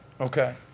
okay